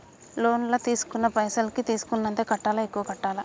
Loan లా తీస్కున్న పైసల్ కి తీస్కున్నంతనే కట్టాలా? ఎక్కువ కట్టాలా?